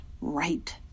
right